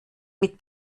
mit